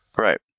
Right